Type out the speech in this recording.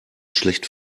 schlecht